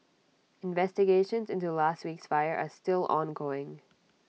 investigations into last week's fire are still ongoing